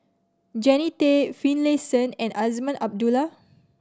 Jannie Tay Finlayson and Azman Abdullah